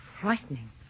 frightening